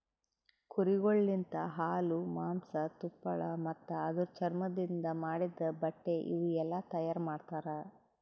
ಕುರಿಗೊಳ್ ಲಿಂತ ಹಾಲು, ಮಾಂಸ, ತುಪ್ಪಳ ಮತ್ತ ಅದುರ್ ಚರ್ಮದಿಂದ್ ಮಾಡಿದ್ದ ಬಟ್ಟೆ ಇವುಯೆಲ್ಲ ತೈಯಾರ್ ಮಾಡ್ತರ